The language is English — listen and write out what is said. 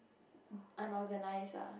unorganised ah